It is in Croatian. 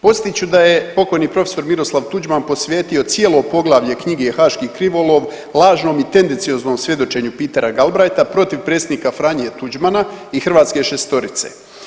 Podsjetit ću da je pokojni profesor Miroslav Tuđman posveti cijelo poglavlje knjige Haški krivolov lažnom i tendencioznom svjedočenju Petera Galbraitha protiv predsjednika Franje Tuđmana i hrvatske šestorice.